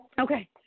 Okay